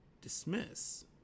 dismiss